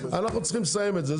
אנחנו צריכים לסיים את זה,